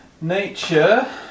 Nature